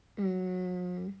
mm